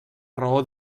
raó